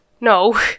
no